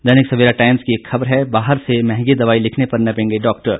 दैनिक Savera Times की एक खबर है बाहर से मंहगी दवाई लिखने पर नपेंगे डाक्टर